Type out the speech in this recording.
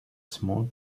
small